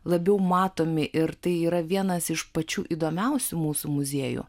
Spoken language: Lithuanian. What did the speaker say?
labiau matomi ir tai yra vienas iš pačių įdomiausių mūsų muziejų